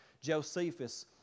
Josephus